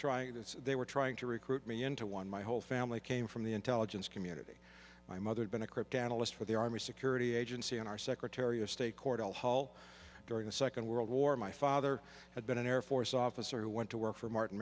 trying that they were trying to recruit me into one my whole family came from the intelligence community my mother had been a cryptanalyst for the army security agency and our secretary of state cordell hull during the second world war my father had been an air force officer who went to work for martin